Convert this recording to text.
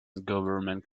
government